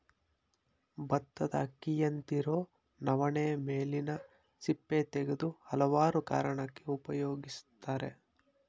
ಬತ್ತದ ಅಕ್ಕಿಯಂತಿರೊ ನವಣೆ ಮೇಲಿನ ಸಿಪ್ಪೆ ತೆಗೆದು ಹಲವಾರು ಕಾರಣಕ್ಕೆ ಉಪಯೋಗಿಸ್ತರೆ